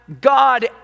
God